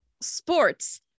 sports